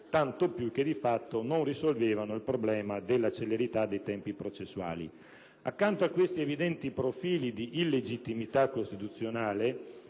tanto più che di fatto non risolvevano il problema della celerità dei tempi processuali. Accanto a questi evidenti profili di illegittimità costituzionale,